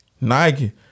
Nike